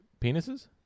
penises